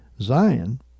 Zion